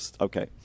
okay